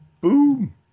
Boom